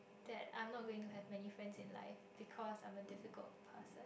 that I'm not going to have many friends in life because I'm a difficult person